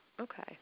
okay